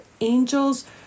angels